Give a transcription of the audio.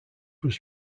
was